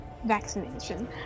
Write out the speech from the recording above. Vaccination